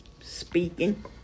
speaking